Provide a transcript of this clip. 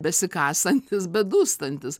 besikasantys bedūstantys